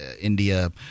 India